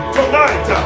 Tonight